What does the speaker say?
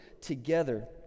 together